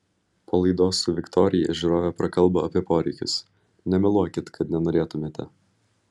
po laidos su viktorija žiūrovė prakalbo apie poreikius nemeluokit kad nenorėtumėte